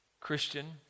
Christian